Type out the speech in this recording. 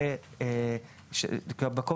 בעבור